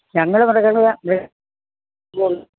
ഞങ്ങൾ മൃഗങ്ങളെ